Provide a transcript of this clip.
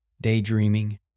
daydreaming